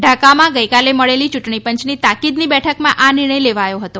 ઢાંકામાં ગઈકાલે મળેલી યૂંટણી પંચની તાકીદની બેઠકમાં આ નિર્ણય લેવાથો હતો